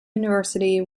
university